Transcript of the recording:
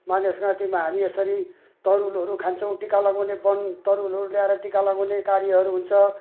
माघे सङ्क्रान्तिमा हामी यसरी तरुलहरू खान्छौँ टिका लगाउने वनतरुलहरू ल्याएर टिका लगाउने कार्यहरू हुन्छ